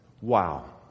Wow